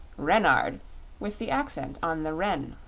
ren-ard with the accent on the ren.